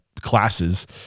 classes